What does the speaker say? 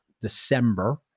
December